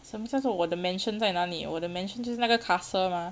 什么叫做我的 mansion 在哪里我的 mansion 就是那个 castle mah